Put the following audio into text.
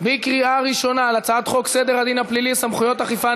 בקריאה ראשונה על הצעת חוק סדר הדין הפלילי (סמכויות אכיפה,